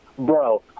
bro